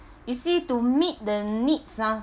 you see to meet the needs ah